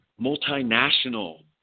multinational